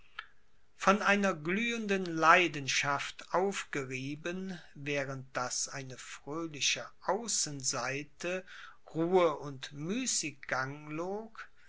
von einer glühenden leidenschaft aufgerieben während daß eine fröhliche außenseite ruhe und müßiggang